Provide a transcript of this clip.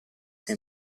che